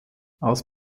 als